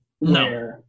No